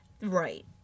right